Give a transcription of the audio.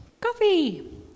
Coffee